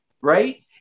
Right